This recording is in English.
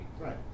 Right